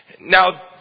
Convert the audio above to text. Now